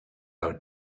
out